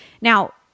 Now